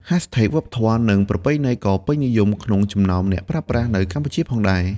hashtag វប្បធម៌ និងប្រពៃណីក៏ពេញនិយមក្នុងចំណោមអ្នកប្រើប្រាស់នៅកម្ពុជាផងដែរ។